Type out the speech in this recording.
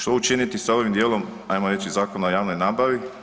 Što učiniti sa ovim dijelom, ajmo reći, Zakona o javnoj nabavi?